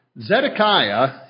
Zedekiah